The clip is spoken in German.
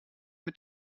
mit